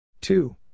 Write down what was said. Two